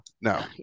No